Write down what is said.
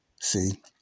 See